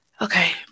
Okay